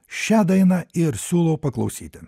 šią dainą ir siūlau paklausyti